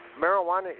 marijuana